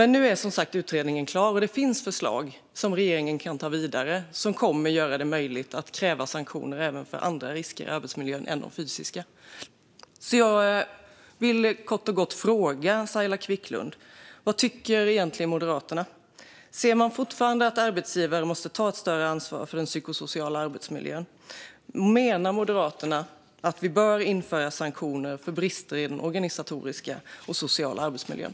Nu är utredningen klar. Det finns förslag som regeringen kan ta vidare som kommer att göra det möjligt att kräva sanktioner även för andra risker i arbetsmiljön än de fysiska. Jag vill kort och gott fråga Saila Quicklund: Vad tycker egentligen Moderaterna? Ser man fortfarande att arbetsgivare måste ta ett större ansvar för den psykosociala arbetsmiljön? Menar Moderaterna att vi bör införa sanktioner för brister i den organisatoriska och sociala arbetsmiljön?